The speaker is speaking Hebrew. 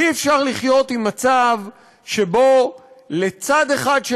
אי-אפשר לחיות עם מצב שבו לצד אחד של